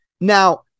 Now